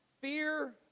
fear